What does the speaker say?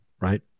right